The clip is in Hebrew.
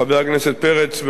חבר הכנסת פרץ,